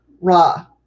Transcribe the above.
Ra